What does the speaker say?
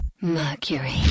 Mercury